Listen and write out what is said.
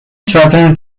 threatened